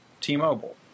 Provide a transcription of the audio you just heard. T-Mobile